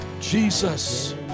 Jesus